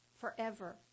forever